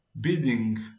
bidding